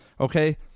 Okay